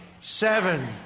seven